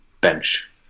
bench